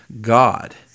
God